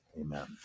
Amen